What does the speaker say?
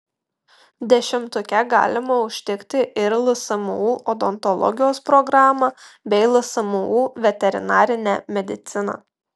dešimtuke galima užtikti ir lsmu odontologijos programą bei lsmu veterinarinę mediciną